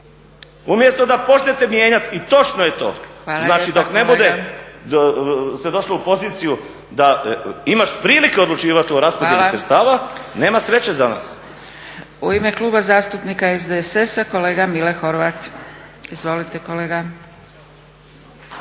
umjesto da počnete mijenjat. I točno je to, znači dok ne bude se došlo u poziciju da imaš prilike odlučivat o raspodjeli sredstava, nema sreće za nas. **Zgrebec, Dragica (SDP)** Hvala lijepa. U ime Kluba zastupnika SDSS-a kolega Mile Horvat. Izvolite kolega.